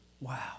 Wow